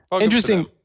Interesting